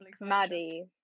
Maddie